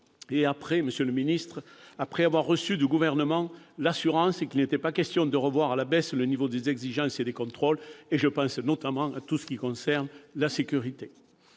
à douze mois, et après avoir reçu du Gouvernement l'assurance qu'il n'était pas question de revoir à la baisse le niveau des exigences et des contrôles. Je pense, notamment, à tout ce qui concerne la sécurité.